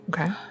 okay